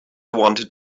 wanted